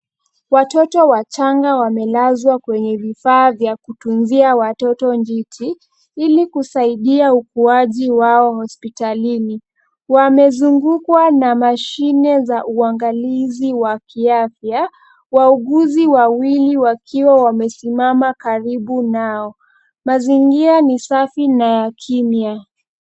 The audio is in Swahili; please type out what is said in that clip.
Watoto wachanga wamelazwa kwenye vifaa vya kutunzia watoto njiti, ili kusaidia ukuaji wao hospitalini. Wamezungukwa na mashine za uangalizi wa kiafya, wauguzi wawili wakiwa wamesimama karibu nao. Mazingira ni safi na ya kimya.